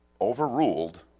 overruled